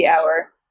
hour